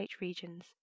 regions